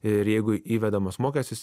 ir jeigu įvedamas mokestis